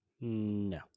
No